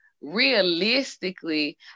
realistically